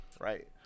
Right